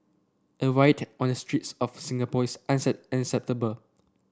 a riot on the streets of Singapore is unacceptable